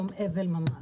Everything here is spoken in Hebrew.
יום אבל ממש.